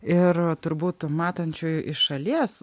ir turbūt matančiojo iš šalies